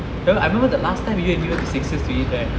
ya I remember the last time you and mira took six years to eat right